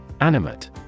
Animate